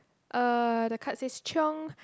uh the card says choing